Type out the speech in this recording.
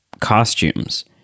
costumes